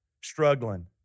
struggling